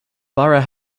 borough